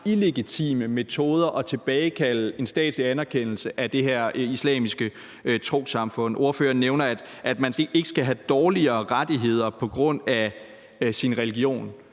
illegitime metoder at tilbagekalde en statslig anerkendelse af det her islamiske trossamfund. Ordføreren nævner, at man ikke skal have dårligere rettigheder på grund af sin religion.